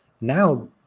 Now